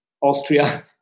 Austria